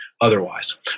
otherwise